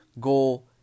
goal